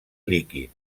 líquid